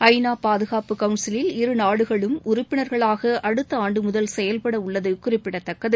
ஐ நா பாதுகாப்பு கவுன்சிலில் இரு நாடுகளும் உறுப்பினர்களாக அடுத்த ஆண்டு முதல் செயல்பட உள்ளது குறிப்பிடத்தக்கது